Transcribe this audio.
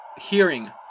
Hearing